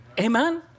amen